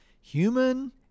human